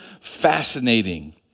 fascinating